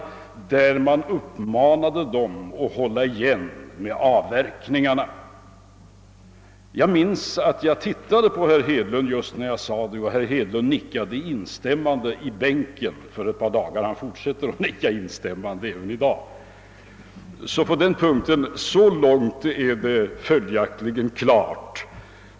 I den artikeln uppmanades dessa att hålla igen med avverkningarna. Jag minns att jag såg på herr Hedlund just när jag sade detta och att herr Hedlund nickade instämmande i sin bänk. — Detta var för ett par dagar sedan, men han fortsätter att nicka instämmande även i dag. Så långt är det följaktligen klart.